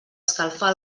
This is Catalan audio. escalfar